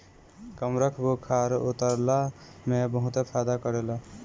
कमरख बुखार उतरला में बहुते फायदा करेला